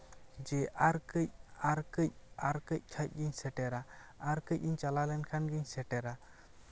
ᱡᱮ ᱟᱨ ᱠᱟᱹᱡ ᱟᱨ ᱠᱟᱹᱡ ᱟᱨ ᱠᱟᱹᱡ ᱠᱷᱟᱡ ᱜᱤᱧ ᱥᱮᱴᱮᱨᱟ ᱟᱨ ᱠᱟᱹᱡ ᱤᱧ ᱪᱟᱞᱟᱣ ᱞᱮᱱᱠᱷᱟᱱᱜᱮ ᱥᱮᱴᱮᱨᱟ